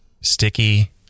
Sticky